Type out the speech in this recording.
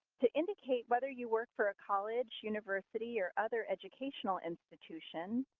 to indicate whether you work for a college, university, or other educational institution,